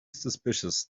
suspicious